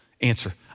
Answer